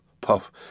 puff